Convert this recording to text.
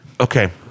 okay